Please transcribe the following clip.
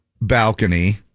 balcony